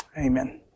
Amen